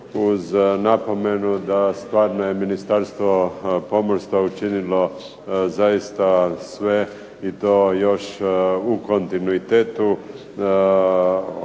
uz napomenu da stvarno je Ministarstvo pomorstva učinilo zaista sve i to još u kontinuitetu.